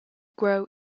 grow